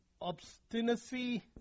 obstinacy